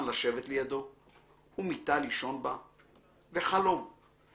לשבת לידו / ומיטה לישון בה / וחלום /